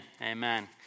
Amen